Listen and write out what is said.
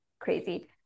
crazy